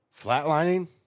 Flatlining